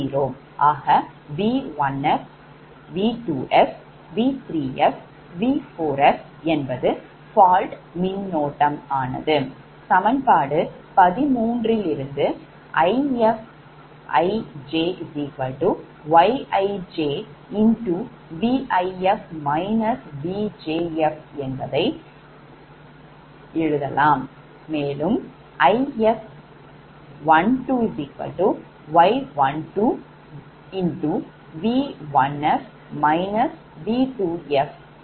ஆக V1fV2f V3fV4f என்பது fault மின்னோட்டம் ஆனது சமன்பாடு 13 லிருந்து Ifijyijஇதை If12y12V1f V2f 1Z12V1f V2f 0